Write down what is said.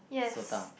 SOTA